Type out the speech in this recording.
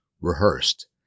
rehearsed